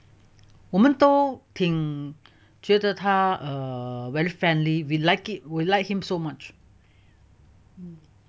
我们都挺觉得他 err very friendly we like it we like him so much